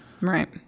right